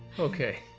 okay!